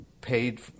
paid